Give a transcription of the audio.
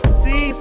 see